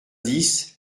dix